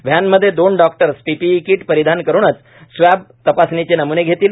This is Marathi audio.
व्हॅनमध्ये दोन डॉक्टर्स पीपीई कीट परिधान करूनच स्वॅब तपासणीचे नमूने घेतील